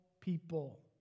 people